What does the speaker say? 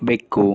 ಬೆಕ್ಕು